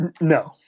No